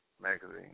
magazine